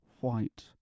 white